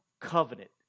Covenant